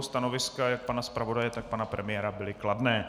Stanoviska jak pana zpravodaje, tak pana premiéra byla kladná.